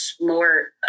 more